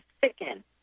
thicken